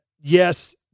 yes